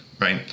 right